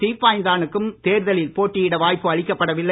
தீப்பாய்ந்தானுக்கும் தேர்தலில் போட்டியிட வாய்ப்பு அளிக்கப்பட வில்லை